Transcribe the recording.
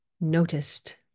noticed